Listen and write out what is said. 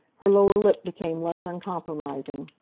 her lower lip became less uncompromising.